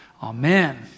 Amen